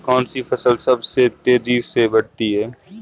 कौनसी फसल सबसे तेज़ी से बढ़ती है?